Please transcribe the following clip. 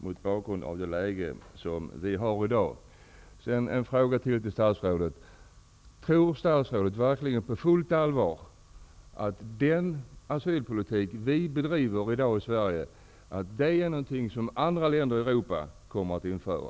Jag har ytterligare en fråga till statsrådet: Tror statsrådet verkligen på fullt allvar att den asylpolitik som vi bedriver i dag i Sverige är någonting som andra länder i Europa kommer att införa?